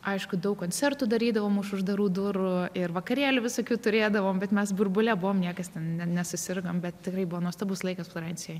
aišku daug koncertų darydavom už uždarų durų ir vakarėlių visokių turėdavom bet mes burbule buvom niekas ne nesusirgom bet tikrai buvo nuostabus laikas florencijoj